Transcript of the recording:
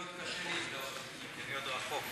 לי עוד קשה להזדהות עם זה כי אני עוד רחוק.